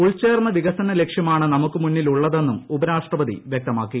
ഉൾചേർന്ന വികസന ലക്ഷ്യമാണ് നമുക്ക് മുന്നിലുള്ളതെന്നും ഉപരാഷ്ട്രപതി വ്യക്തമാക്കി